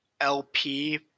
LP